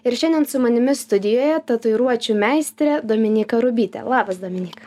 ir šiandien su manimi studijoje tatuiruočių meistrė dominyka rubytė labas dominyka